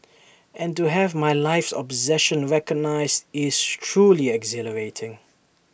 and to have my life's obsession recognised is truly exhilarating